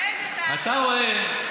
אתה רואה,